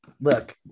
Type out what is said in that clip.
look